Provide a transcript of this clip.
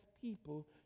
people